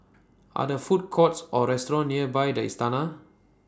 Are There Food Courts Or restaurants near By The Istana